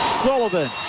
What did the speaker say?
Sullivan